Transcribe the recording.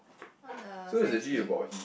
on the Sam-Smith